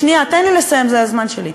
שנייה, תן לי לסיים, זה הזמן שלי.